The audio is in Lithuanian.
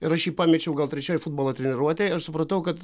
ir aš jį pamečiau gal trečioj futbolo treniruotėj aš supratau kad